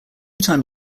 time